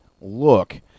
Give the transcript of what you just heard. look